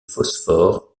phosphore